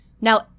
now